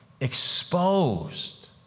exposed